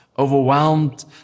overwhelmed